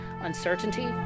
uncertainty